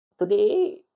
today